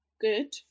good